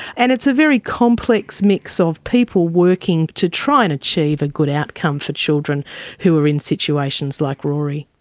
and it's a very complex mix so of people working to try and achieve a good outcome for children who are in situations like rory.